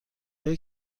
آیا